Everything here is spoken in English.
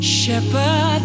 shepherd